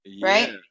Right